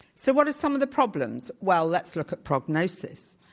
so, what are some of the problems? well, let's look at prognosis.